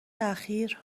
اخیر